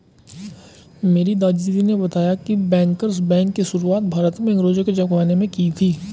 मेरे दादाजी ने बताया की बैंकर्स बैंक की शुरुआत भारत में अंग्रेज़ो के ज़माने में की थी